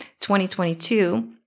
2022